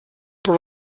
però